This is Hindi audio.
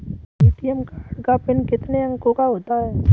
ए.टी.एम कार्ड का पिन कितने अंकों का होता है?